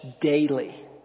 daily